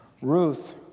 Ruth